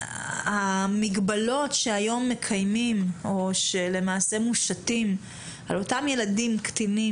המגבלות שהיום מקיימים או שלמעשה מושתים על אותם ילדים קטינים